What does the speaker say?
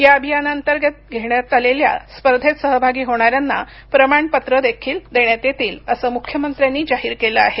या अभियानाअंतर्गत घेण्यात आलेल्या स्पर्धेत सहभागी होणाऱ्यांना प्रमाणपत्रं देण्यात येतील असंही मुख्यमंत्र्यांनी जाहीर केलं आहे